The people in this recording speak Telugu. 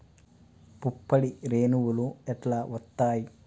పుప్పొడి రేణువులు ఎట్లా వత్తయ్?